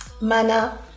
Mana